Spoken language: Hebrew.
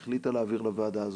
היא החליטה להעביר לוועדה הזאת.